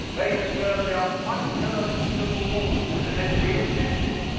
they had served out one term in the civil war and had reenlisted,